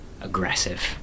aggressive